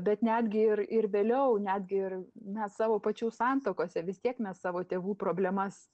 bet netgi ir ir vėliau netgi ir net savo pačių santuokose vis tiek mes savo tėvų problemas